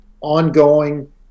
ongoing